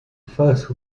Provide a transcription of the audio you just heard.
face